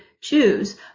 choose